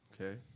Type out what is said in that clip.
okay